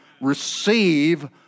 receive